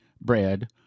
bread